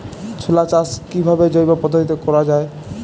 ছোলা চাষ কিভাবে জৈব পদ্ধতিতে করা যায়?